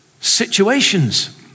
situations